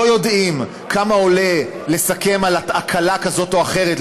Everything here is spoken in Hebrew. לא יודעים כמה עולה לסכם על הקלה כזו או אחרת,